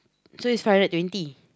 so it's five hundred twenty